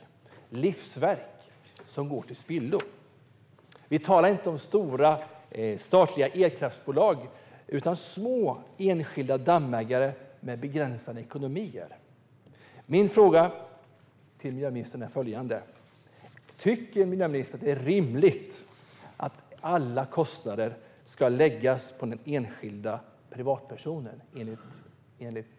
Det är livsverk som går till spillo. Vi talar inte om stora statliga elkraftsbolag utan om små enskilda dammägare med begränsade ekonomier. Min fråga till miljöministern är följande: Tycker miljöministern att det är rimligt att alla kostnader ska läggas på den enskilda privatpersonen i enlighet med detta?